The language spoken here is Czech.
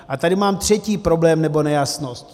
A tady mám třetí problém nebo nejasnost.